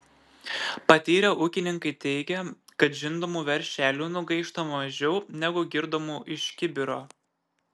patyrę ūkininkai teigia kad žindomų veršelių nugaišta mažiau negu girdomų iš kibiro